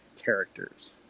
characters